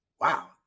Wow